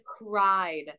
cried